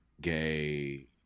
gay